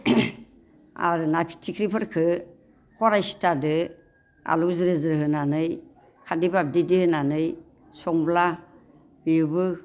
आरो ना फिथिख्रिफोरखौ खरायसिताजों आलु ज्रो ज्रो होनानै खारदै बाबदिदि होनानै संब्ला बेबो